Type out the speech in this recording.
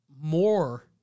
more